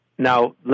Now